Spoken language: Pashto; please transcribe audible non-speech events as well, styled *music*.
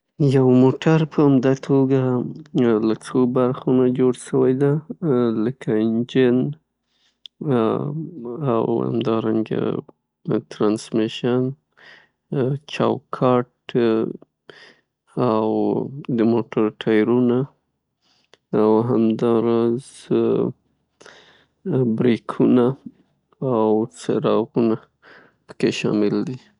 یو موټر په عمده توګه له څو برخو نه جوړ سویده؟ لکه انجن *hesitation* همدارنګه ترانسمیشن، چوکاټ او د موټر ټیرونه، *hesitation* او همداراز بریکونه او څېراغونه پکې شامل دي.